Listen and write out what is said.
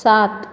सात